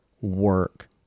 work